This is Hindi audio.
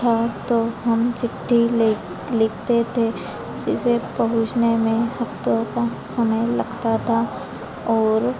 था तो हम चिट्ठी लेख लिखते थे जिसे पहुँचने में हफ्तों का समय लगता था और